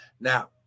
now